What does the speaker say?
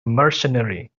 mercenary